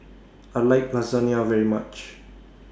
I like Lasagna very much